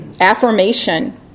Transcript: affirmation